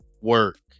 work